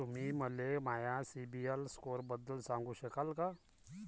तुम्ही मले माया सीबील स्कोअरबद्दल सांगू शकाल का?